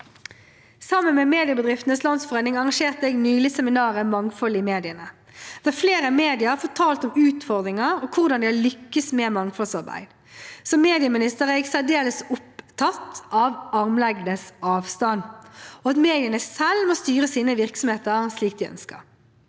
Sammen med Mediebedriftenes Landsforening arrangerte jeg nylig seminaret «Mangfold i mediene», der flere medier fortalte om utfordringer og hvordan de har lyktes med mangfoldsarbeid. Som medieminister er jeg særdeles opptatt av armlengdes avstand og at mediene selv må styre sine virksomheter slik de ønsker.